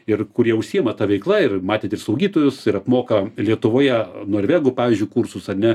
ir kurie užsiima ta veikla ir matėt ir slaugytojus ir apmoka lietuvoje norvegų pavyzdžiui kursus ar ne